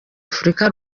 afurika